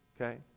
Okay